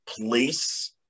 place